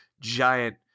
giant